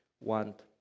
want